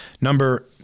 Number